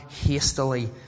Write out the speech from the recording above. hastily